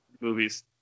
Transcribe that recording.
movies